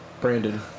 Brandon